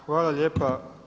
Hvala lijepa.